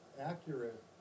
accurate